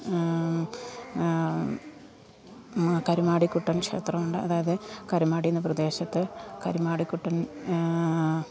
കരുമാടിക്കുട്ടൻ ക്ഷേത്രവും ഉണ്ട് അതായത് കരുമാടി എന്ന പ്രദേശത്ത് കരുമാടിക്കുട്ടൻ